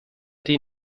die